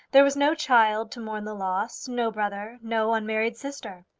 there was no child to mourn the loss no brother, no unmarried sister.